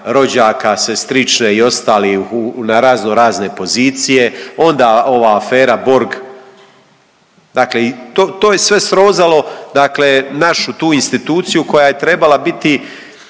rođaka, sestrične i ostalih na razno razne pozicije, onda ova afera Borg. Dakle, to je sve srozalo, dakle našu tu instituciju koja je trebala biti